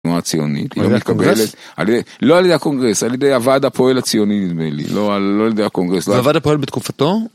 התנועה ציונית. על ידי הקונגרס? לא על ידי הקונגרס, על ידי הוועד הפועל הציוני נדמה לי, לא על ידי הקונגרס. הוועד הפועל בתקופתו?